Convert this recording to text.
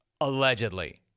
Allegedly